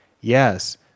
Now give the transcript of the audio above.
yes